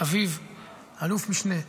אביו אלוף משנה.